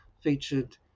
featured